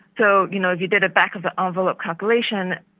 so you know if you did a back-of-the-envelope calculation,